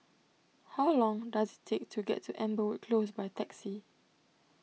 how long does it take to get to Amberwood Close by taxi